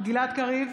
גלעד קריב,